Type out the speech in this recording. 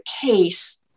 case